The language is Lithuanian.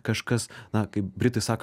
kažkas na kaip britai sako